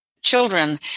Children